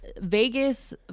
Vegas